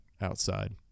outside